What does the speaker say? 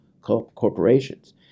corporations